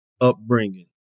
upbringing